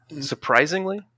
surprisingly